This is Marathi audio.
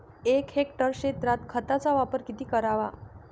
एक हेक्टर क्षेत्रात खताचा वापर किती करावा?